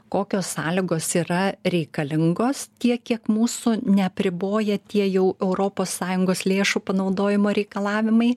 kokios sąlygos yra reikalingos tiek kiek mūsų neapriboja tie jau europos sąjungos lėšų panaudojimo reikalavimai